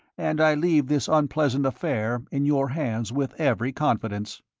and i leave this unpleasant affair in your hands with every confidence.